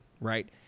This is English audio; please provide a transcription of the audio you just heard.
right